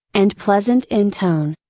and pleasant in tone.